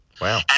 Wow